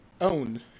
own